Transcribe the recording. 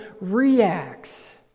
reacts